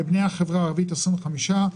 מבני החברה הערבית יש לנו 25 עובדים,